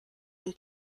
und